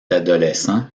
adolescent